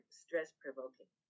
stress-provoking